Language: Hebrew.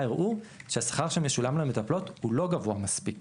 הראו שהשכר שמשולם למטפלות הוא לא גבוה מספיק.